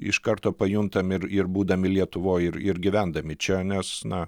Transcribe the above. iš karto pajuntam ir ir būdami lietuvoj ir ir gyvendami čia nes na